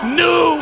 new